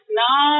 now